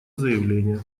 заявление